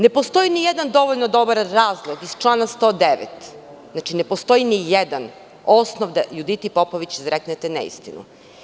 Ne postoji ni jedan dovoljno dobar razlog iz člana 109, znači ne postoji ni jedan osnov da Juditi Popović izreknete neistinu.